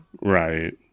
Right